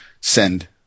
send